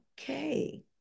okay